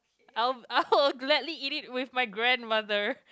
I will gladly eat it with my grandmother